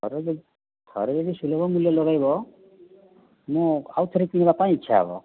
ଥରେ ଯଦି ଥରେ ଯଦି ସୁଲଭ ମୂଲ୍ୟ ଲଗାଇବ ମୁଁ ଆଉ ଥରେ କିଣିବା ପାଇଁ ଇଚ୍ଛା ହେବ